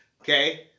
Okay